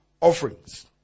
offerings